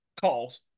calls